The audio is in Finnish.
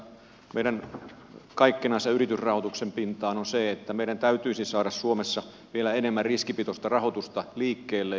meidän kaikkinensa yritysrahoituksen pintaan täytyisi saada suomessa vielä enemmän riskipitoista rahoitusta liikkeelle